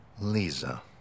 Lisa